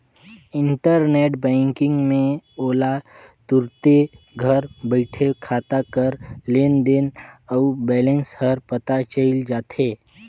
internet banking में ओला तुरते घर बइठे खाता कर लेन देन अउ बैलेंस हर पता चइल जाथे